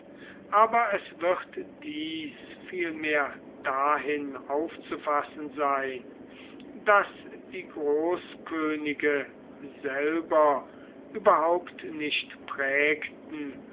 aber es wird dies vielmehr dahin aufzufassen sein daß die großkönige selber überhaupt nicht prägten